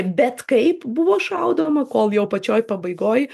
bet kaip buvo šaudoma kol jau pačioj pabaigoj